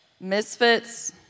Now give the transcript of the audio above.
misfits